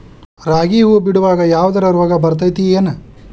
ರಾಗಿ ಹೂವು ಬಿಡುವಾಗ ಯಾವದರ ರೋಗ ಬರತೇತಿ ಏನ್?